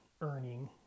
earning